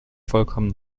vollkommen